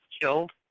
killed